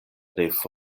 diris